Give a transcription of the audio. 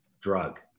drug